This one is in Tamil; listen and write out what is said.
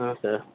ஆ சார்